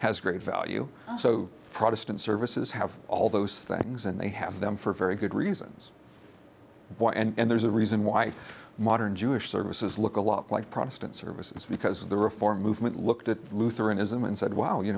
has great value so protestant services have all those things and they have them for very good reasons what and there's a reason why modern jewish services look a lot like protestant services because the reform movement looked at lutheranism and said wow you